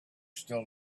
still